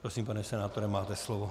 Prosím, pane senátore, máte slovo.